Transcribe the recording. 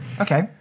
okay